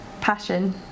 Passion